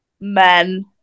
men